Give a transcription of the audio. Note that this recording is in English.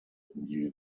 knew